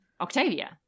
Octavia